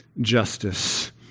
justice